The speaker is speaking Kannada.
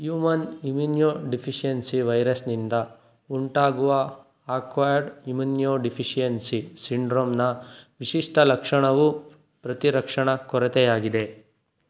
ಹ್ಯೂಮನ್ ಇಮ್ಯುನ್ಯೋಡಿಫಿಷಿಯನ್ಸಿ ವೈರಸ್ನಿಂದ ಉಂಟಾಗುವ ಅಕ್ವಾಯರ್ಡ್ ಇಮುನ್ಯೋಡಿಫಿಷಿಯನ್ಸಿ ಸಿಂಡ್ರೋಮ್ನ ವಿಶಿಷ್ಟ ಲಕ್ಷಣವೂ ಪ್ರತಿರಕ್ಷಣಾ ಕೊರತೆಯಾಗಿದೆ